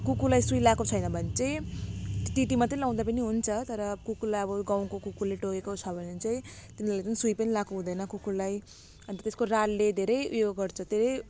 कुकुरलाई सुई लगाएको छैन भने चाहिँ टिटी मात्रै लगाउँदा पनि हुन्छ तर कुकुरलाई अब गाउँको कुकुरले टोकेको छ भने चाहिँ तिनीहरूले पनि सुई पनि लगाएको हुँदैन कुकुरलाई अन्त त्यसको रालले धेरै उयो गर्छ धेरै